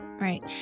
right